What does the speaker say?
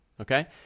Okay